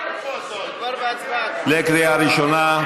בקריאה ראשונה.